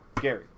Gary